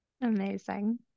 Amazing